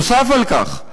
נוסף על כך,